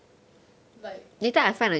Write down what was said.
like